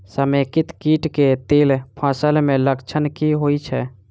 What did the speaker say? समेकित कीट केँ तिल फसल मे लक्षण की होइ छै?